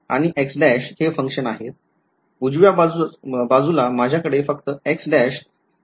उजव्या बाजूस माझ्याकडे फक्त X function आहे